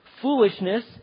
foolishness